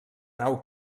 nau